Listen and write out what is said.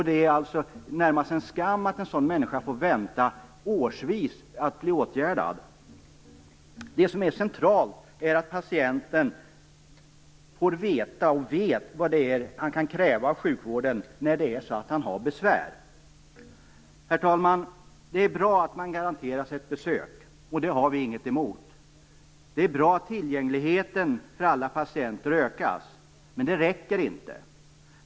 Det är närmast en skam att en sådan människa får vänta årsvis på att bli åtgärdad. Det som är centralt är att patienten får veta vad han kan kräva av sjukvården när han har besvär. Herr talman! Det är bra att man garanteras ett besök. Det har vi ingenting emot. Det är bra att tillgängligheten ökas för alla patienter, men det räcker inte.